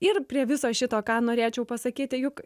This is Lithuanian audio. ir prie viso šito ką norėčiau pasakyti juk